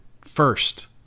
first